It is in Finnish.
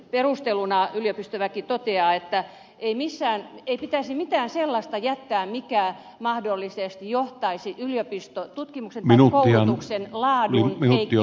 perusteluna yliopistoväki toteaa että ei pitäisi mitään sellaista jättää mikä mahdollisesti johtaisi yliopistotutkimuksen tai koulutuksen laadun heikkenemiseen